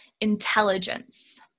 intelligence